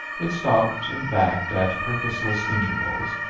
it stopped and backed at purposeless intervals,